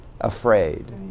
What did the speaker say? afraid